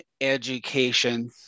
education